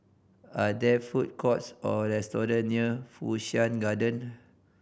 are there food courts or restaurants near Fu Shan Garden